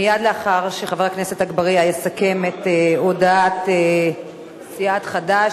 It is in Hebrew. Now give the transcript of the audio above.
ומייד לאחר שחבר הכנסת אגבאריה יסכם את הודעת סיעת חד"ש,